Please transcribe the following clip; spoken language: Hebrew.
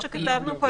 בתי עלמין לא כתוב.